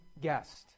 guest